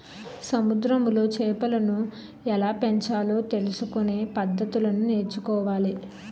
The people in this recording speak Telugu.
సముద్రములో చేపలను ఎలాపెంచాలో తెలుసుకొనే పద్దతులను నేర్చుకోవాలి